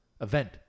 event